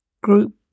group